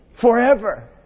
Forever